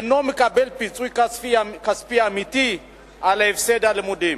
אינו מקבל פיצוי כספי אמיתי על הפסד הלימודים.